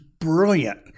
brilliant